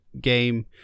game